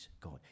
God